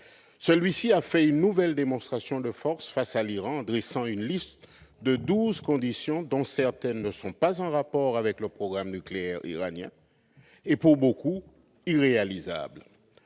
Celui-ci a fait une nouvelle démonstration de force face à l'Iran, en dressant une liste de douze conditions à respecter, dont certaines sont sans rapport avec le programme nucléaire iranien et beaucoup sont irréalisables.